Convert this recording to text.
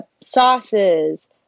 sauces